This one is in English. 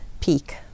peak